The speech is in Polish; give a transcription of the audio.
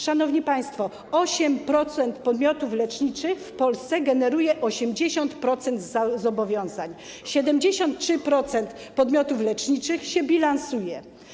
Szanowni państwo, 8% podmiotów leczniczych w Polsce generuje 80% zobowiązań, 73% podmiotów leczniczych się bilansuje.